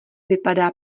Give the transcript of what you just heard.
vypadá